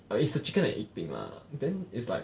it's a chicken and egg thing lah then it's like